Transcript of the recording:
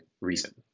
reason